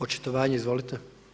Očitovanje, izvolite.